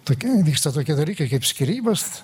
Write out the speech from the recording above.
tokia vyksta tokie dalykai kaip skyrybos